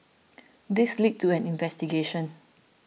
this led to an investigation